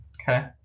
Okay